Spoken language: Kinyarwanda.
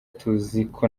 tuziko